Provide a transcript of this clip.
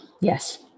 yes